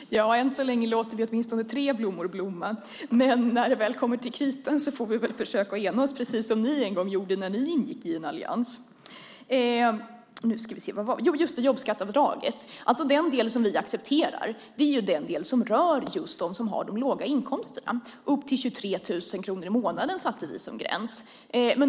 Fru talman! Än så länge låter vi åtminstone tre blommor blomma. Men när det väl kommer till kritan får vi väl försöka ena oss, precis som ni en gång gjorde när ni gick in i en allians. Det gällde jobbskatteavdraget. Den del som vi accepterar rör dem med de låga inkomsterna. Vi satte upp till 23 000 kronor i månaden som gräns.